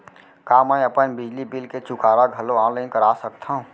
का मैं अपन बिजली बिल के चुकारा घलो ऑनलाइन करा सकथव?